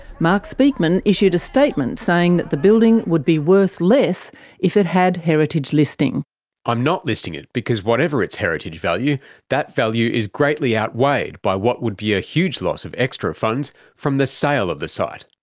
mark speakman issued a statement saying that the building would be worth less if it had heritage listing reading i'm not listing it because whatever its heritage value that value is greatly outweighed by what would be a huge loss of extra funds from the sale of the site.